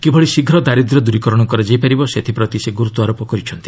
କିଭଳି ଶୀଘ୍ର ଦାରିଦ୍ର୍ୟ ଦୂରିକରଣ କରାଯାଇ ପାରିବ ସେଥିପ୍ରତି ସେ ଗୁରୁତ୍ୱାରୋପ କରିଛନ୍ତି